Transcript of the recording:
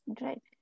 Right